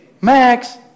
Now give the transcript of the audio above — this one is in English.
Max